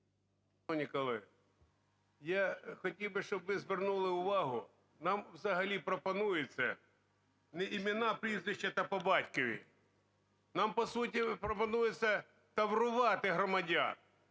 колеги, я хотів би, щоб ви звернули увагу, нам взагалі пропонується не імена, прізвища та по батькові, нам по суті пропонується таврувати громадян